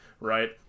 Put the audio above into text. right